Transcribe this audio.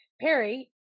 Perry